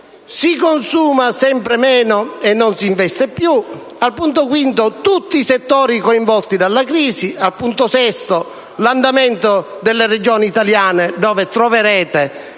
«Si consuma sempre meno e non si investe più». Punto 5: «Tutti i settori coinvolti dalla crisi». Punto 6: «L'andamento delle Regioni italiane» (dove troverete